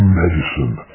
medicine